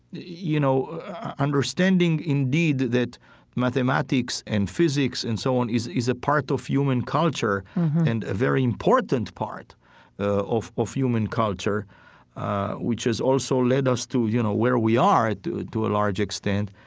you know understanding indeed that mathematics and physics and so on is a ah part of human culture and a very important part ah of of human culture which has also led us to you know where we are to to a large extent.